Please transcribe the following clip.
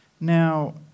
Now